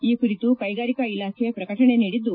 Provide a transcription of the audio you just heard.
ಈ ಕುರಿತು ಕೈಗಾರಿಕಾ ಇಲಾಖೆ ಪ್ರಕಟಣೆ ನೀಡಿದ್ದು